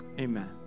Amen